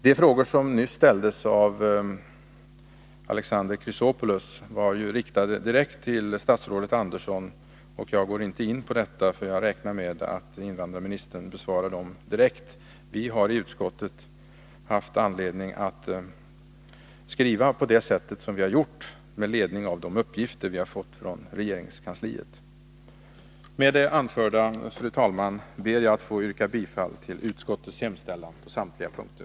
De frågor som nyss ställdes av Alexander Chrisopoulos var ju riktade direkt till statsrådet Karin Andersson. Jag går inte in på dem, för jag räknar med att invandrarministern besvarar dem direkt. Vi har i utskottet haft anledning att skriva på det sätt som vi har gjort med ledning av de uppgifter vi har fått från regeringskansliet. Med det anförda, fru talman, ber jag att få yrka bifall till utskottets hemställan på samtliga punkter.